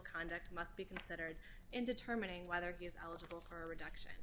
conduct must be considered in determining whether he is eligible for a reduction